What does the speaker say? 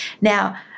Now